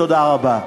תודה רבה.